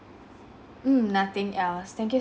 mm nothing else thank you s~